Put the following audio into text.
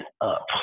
up